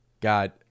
God